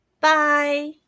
Bye